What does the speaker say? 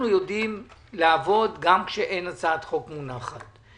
אנחנו יודעים לעבוד גם כשאין הצעת חוק מונחת.